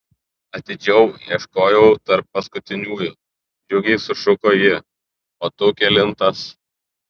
atidžiau ieškojau tarp paskutiniųjų džiugiai sušuko ji o tu kelintas